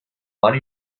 mano